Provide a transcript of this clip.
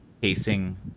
pacing